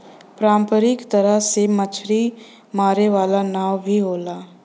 पारंपरिक तरह से मछरी मारे वाला नाव भी होला